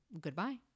goodbye